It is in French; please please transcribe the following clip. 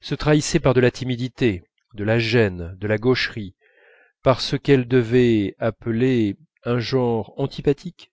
se trahissaient par de la timidité de la gêne de la gaucherie par ce qu'elles devaient appeler un genre antipathique